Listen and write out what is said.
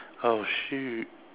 oh shoot